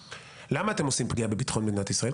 למה אתם עושים פגיעה בביטחון מדינת ישראל?